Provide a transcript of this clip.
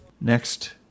Next